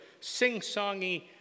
sing-songy